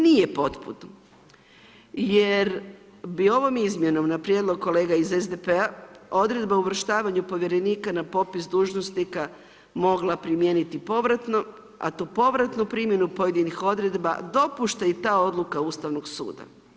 Nije ... Jer bi ovom izmjenom na prijedlog kolega iz SDP-a odredba o uvrštavanju povjerenika na popis dužnosnika mogla primijeniti povratno, a tu povratnu primjenu pojedinih odredba dopušta i ta odluka Ustavnog suda.